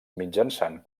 mitjançant